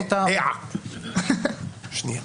שנייה.